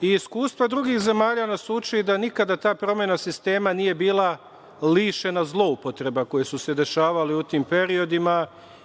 i iskustva drugih zemalja nas uči da nikada ta promena sistema nije bila lišena zloupotreba koje su se dešavale u tim periodima